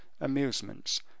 amusements